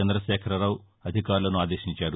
చంద్రశేఖర్రావు అధికారులను ఆదేశించారు